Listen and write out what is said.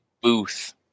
Booth